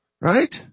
Right